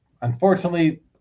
Unfortunately